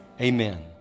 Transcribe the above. amen